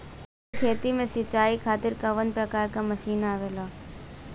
फूलो के खेती में सीचाई खातीर कवन प्रकार के मशीन आवेला?